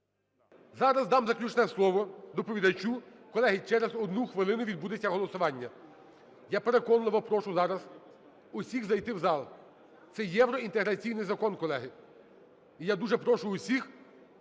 Зараз дам заключне слово доповідачу. Колеги, через одну хвилину відбудеться голосування. Я переконливо прошу зараз усіх зайти в зал. Це євроінтеграційний закон, колеги, і я дуже прошу усіх